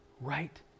Right